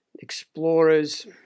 explorers